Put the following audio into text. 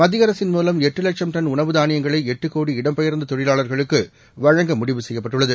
மத்திய அரசின் மூலம் எட்டு லட்சம் டன் உணவு தானியங்களை எட்டு கோடி இடம் பெயர்ந்த தொழிலாளர்களுக்கு வழங்க முடிவு செய்யப்பட்டுள்ளது